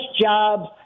jobs